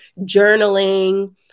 journaling